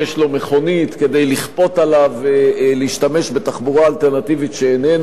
מכונית כדי לכפות עליו להשתמש בתחבורה אלטרנטיבית שאיננה,